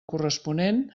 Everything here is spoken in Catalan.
corresponent